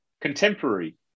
contemporary